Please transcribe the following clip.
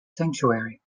sanctuary